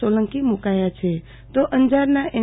સોલંકી મુકાયા છે તો અંજારના એન